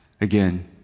again